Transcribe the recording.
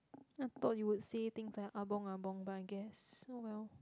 I thought you would say things like ah bong ah bong but I guess oh well